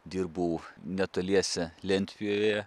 dirbau netoliese lentpjūvėje